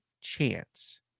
chance